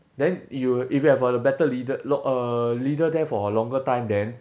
then you if you if you have a better leader lo~ uh leader there for a longer time then